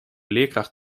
leerkracht